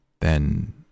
Then